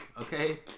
okay